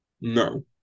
No